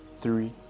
three